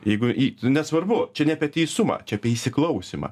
jeigu ji nesvarbu čia ne apie teisumą čia apie įsiklausymą